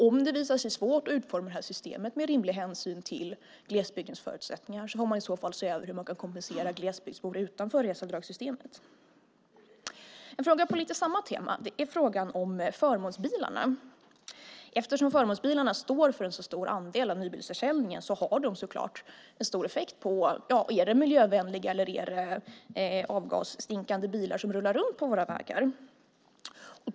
Om det visar sig svårt att utforma systemet med rimlig hänsyn till glesbygdens förutsättningar får man i så fall se över hur man kan kompensera glesbygdsbor utanför reseavdragssystemet. En fråga på lite samma tema är frågan om förmånsbilarna. Eftersom förmånsbilarna står för en så stor andel av nybilsförsäljningen har de så klart en stor effekt. Är det miljövänliga eller avgasstinkande bilar som rullar runt på våra vägar?